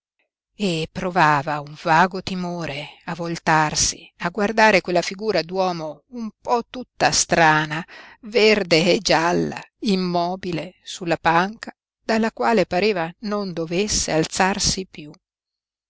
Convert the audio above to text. e provava un vago timore a voltarsi a guardare quella figura d'uomo un po tutta strana verde e gialla immobile sulla panca dalla quale pareva non dovesse alzarsi piú